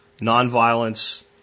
non-violence